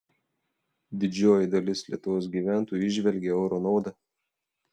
didžioji dalis lietuvos gyventojų įžvelgia euro naudą